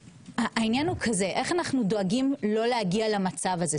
העניין הוא כזה - איך אנחנו דואגים לא להגיע למצב הזה.